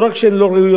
לא רק שהן לא ראויות,